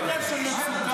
------ לא עניין של מצוקה,